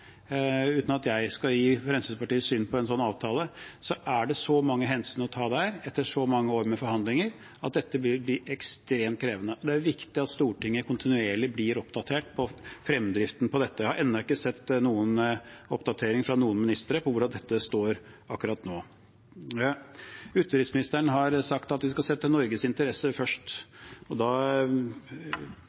Uten at jeg skal gi Fremskrittspartiets syn på en sånn avtale, er det så mange hensyn å ta der etter så mange år med forhandlinger at dette vil bli ekstremt krevende. Det er viktig at Stortinget kontinuerlig blir oppdatert på fremdriften på dette. Jeg har ennå ikke sett noen oppdateringer fra noen ministre om hvor dette står akkurat nå. Utenriksministeren har sagt at vi skal sette Norges interesser først. Da